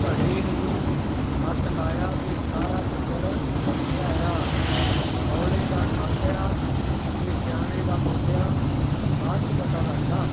ਘੜੇ ਨੂੰ ਹੱਥ ਲਾਇਆ ਤੇ ਸਾਰਾ ਟੱਬਰ ਤਿਹਾਇਆ ਔਲੇ ਦਾ ਖਾਧਾ ਅਤੇ ਸਿਆਣੇ ਦਾ ਬੋਲਿਆ ਬਾਅਦ 'ਚ ਪਤਾ ਲੱਗਦਾ